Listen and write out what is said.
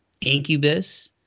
Incubus